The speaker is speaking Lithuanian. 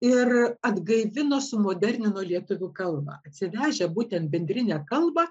ir atgaivino sumodernino lietuvių kalbą atsivežę būtent bendrinę kalbą